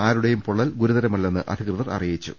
ആരുടെയും പൊള്ളൽ ഗുരുതരമല്ലെന്ന് അധികൃതർ അറിയി ച്ചു